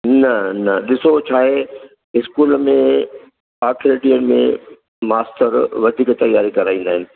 न न ॾिसो छाहे स्कूल में आखिरी ॾींहंनि में मास्टर वधीक तयारी कराईंदा आहिनि